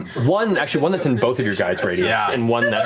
one, actually, one that's in both of your guys' radius yeah and one